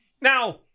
Now